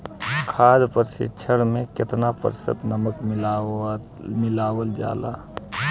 खाद्य परिक्षण में केतना प्रतिशत नमक मिलावल जाला?